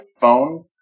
phone